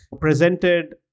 presented